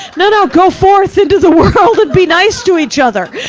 no no, go forth into the world and be nice to each other!